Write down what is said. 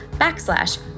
backslash